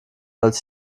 als